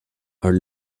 are